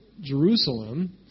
Jerusalem